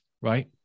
right